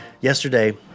Yesterday